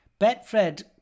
Betfred